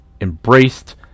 embraced